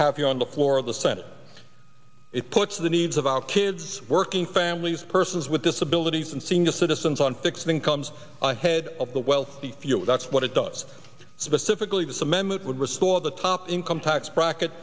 have here on the floor of the senate it puts the needs of our kids working families persons with disabilities and senior citizens on fixed incomes ahead of the wealthy that's what it does specifically this amendment would restore the top income tax bracket